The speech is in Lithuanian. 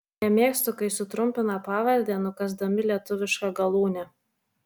nemėgstu kai sutrumpina pavardę nukąsdami lietuvišką galūnę